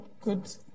good